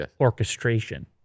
orchestration